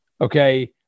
okay